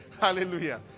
Hallelujah